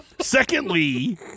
Secondly